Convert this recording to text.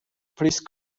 please